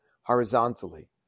horizontally